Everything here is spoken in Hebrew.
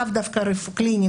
לאו דווקא קליניים,